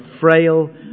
frail